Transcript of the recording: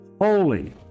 holy